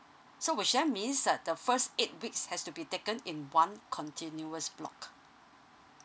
so which should I mean is that the first eight weeks has to be taken in one continuous block